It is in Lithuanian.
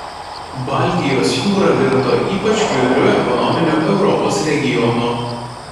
baltijos jūra virto ypač judriu ekonominiu europos regionu